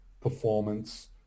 performance